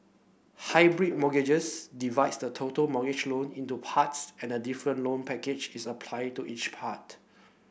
hybrid mortgages divides the total mortgage loan into parts and a different loan package is applied to each part